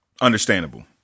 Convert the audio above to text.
Understandable